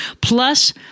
plus